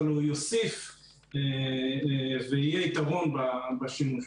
אבל הוא יוסיף ויהיה יתרון בשימוש.